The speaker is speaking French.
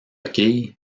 coquille